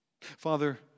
Father